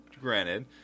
granted